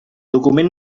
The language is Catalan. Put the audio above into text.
document